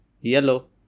Yellow